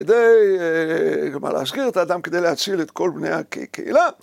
כדי גם להשחיר את האדם, כדי להציל את כל בני הקהילה.